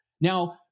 Now